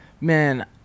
man